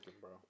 bro